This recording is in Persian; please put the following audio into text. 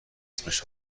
اسمش